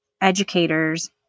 educators